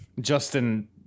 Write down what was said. justin